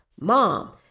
Mom